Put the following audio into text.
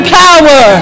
power